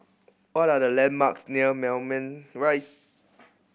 what are the landmarks near Moulmein Rise